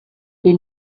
est